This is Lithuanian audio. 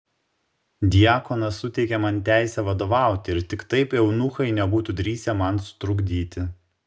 diakonas suteikė man teisę vadovauti ir tik taip eunuchai nebūtų drįsę man sutrukdyti